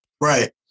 Right